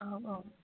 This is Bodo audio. औ औ